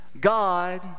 God